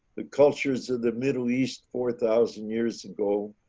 the cultures of the middle east four thousand years ago